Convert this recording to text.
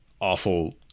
awful